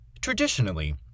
Traditionally